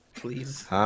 Please